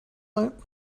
night